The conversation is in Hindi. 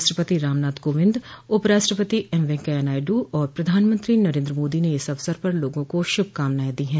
राष्ट्रपति रामनाथ कोविंद उपराष्ट्रपति एम वेंकैया नायड् और प्रधानमंत्री नरेन्द्र मोदी ने इस अवसर पर लोगों को श्भकामनाएं दी हैं